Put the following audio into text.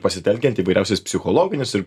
pasitelkiant įvairiausias psichologinius ir